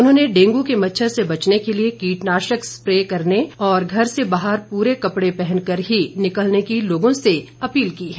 उन्होंने डेंगू के मच्छर से बचने के लिए कीटनाशक स्प्रे करने और घर से बाहर पूरे कपड़े पहन कर ही निकलने की लोगों से अपील की है